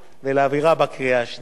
ולהעבירה בקריאה השנייה